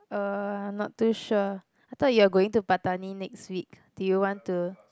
uh I'm not too sure I thought you're going to Pattani next week do you want to